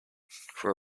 for